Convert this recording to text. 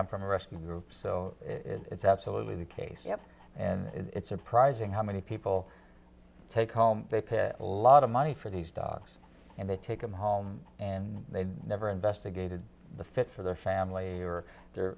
come from a rescue group so it's absolutely the case you know and it's surprising how many people take home they pay a lot of money for these dogs and they take them home and they never investigated the fit for their family or